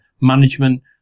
management